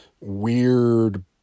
weird